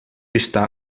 está